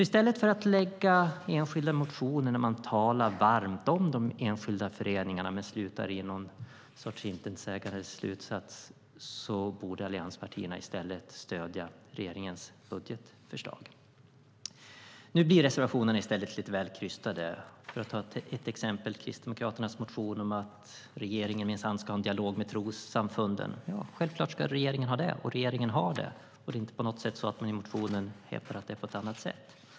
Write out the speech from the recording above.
I stället för att väcka motioner där man talar varmt om enskilda föreningar men landar i någon sorts intetsägande slutsats borde allianspartierna stödja regeringens budgetförslag. Nu blir reservationerna lite väl krystade. Ett exempel är Kristdemokraternas motion om att regeringen minsann ska ha en dialog med trossamfunden. Självklart ska regeringen ha det, och det har den. Det heter inte i motionen att det är på något annat sätt.